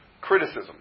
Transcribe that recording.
criticism